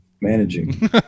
managing